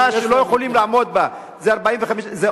הדבר הנוסף, אי-אפשר, כבוד היושב-ראש, להקפיא.